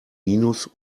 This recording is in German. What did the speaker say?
minus